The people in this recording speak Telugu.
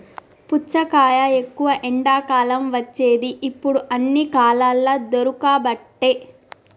పుచ్చకాయ ఎక్కువ ఎండాకాలం వచ్చేది ఇప్పుడు అన్ని కాలాలల్ల దొరుకబట్టె